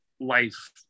life